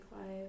life